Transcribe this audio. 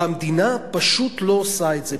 והמדינה פשוט לא עושה את זה.